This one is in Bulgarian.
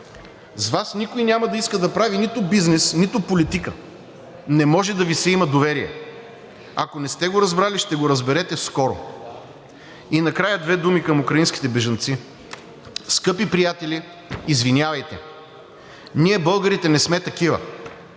С Вас никой няма да иска да прави нито бизнес, нито политика – не може да Ви се има доверие. Ако не сте го разбрали, ще го разберете скоро. И накрая две думи към украинските бежанци. Скъпи приятели, извинявайте! Ние, българите, не сме такива.